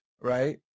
right